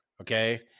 okay